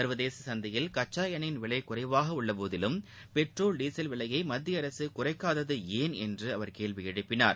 சர்வதேச சந்தையில் கச்சா எண்ணெயின் விலை குறைவாக உள்ளபோதிலும் பெட்ரோல் டீசல் விலையை மத்திய அரசு குறைக்காதது ஏன் என்று அவர் கேள்வி எழுப்பினார்